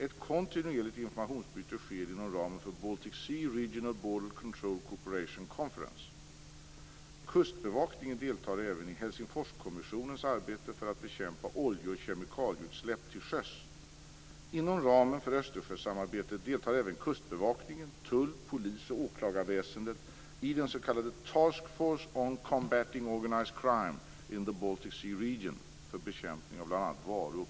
Ett kontinuerligt informationsutbyte sker inom ramen för Baltic Sea Regional Border Control Cooperation Conference. Kustbevakningen deltar även i Helsingforskommissionens arbete för att bekämpa olje och kemikalieutsläpp till sjöss. Inom ramen för Östersjösamarbetet deltar även kustbevakningen, tullen, polisen och åklagarväsendet i den s.k. Task Force on Combatting Organized Crime in the Baltic Sea Region för bekämpning av bl.a.